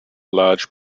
large